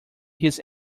his